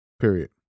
Period